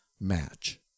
match